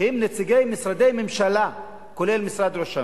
היו גם נציגי משרדי ממשלה, כולל משרד ראש הממשלה.